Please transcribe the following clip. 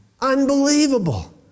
Unbelievable